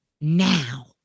now